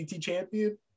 champion